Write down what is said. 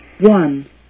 one